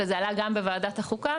וזה עלה גם בוועדת החוקה,